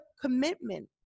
commitment